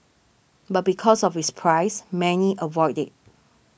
but because of its price many avoid it